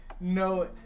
no